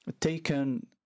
taken